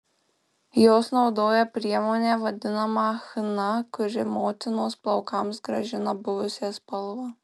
jos naudoja priemonę vadinamą chna kuri motinos plaukams grąžina buvusią spalvą